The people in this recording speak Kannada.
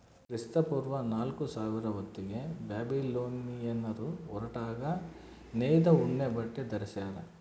ಕ್ರಿಸ್ತಪೂರ್ವ ನಾಲ್ಕುಸಾವಿರ ಹೊತ್ತಿಗೆ ಬ್ಯಾಬಿಲೋನಿಯನ್ನರು ಹೊರಟಾಗಿ ನೇಯ್ದ ಉಣ್ಣೆಬಟ್ಟೆ ಧರಿಸ್ಯಾರ